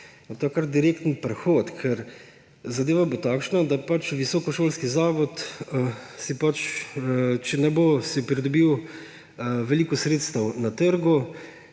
to je kar direkten prehod, ker zadeva bo takšna, da bo visokošolski zavod, če si ne bo pridobil veliko sredstev na trgu,